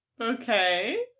Okay